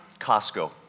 Costco